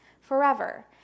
forever